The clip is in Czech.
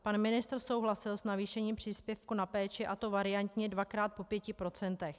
Pan ministr souhlasil s navýšením příspěvku na péči, a to variantě dvakrát po 5 %.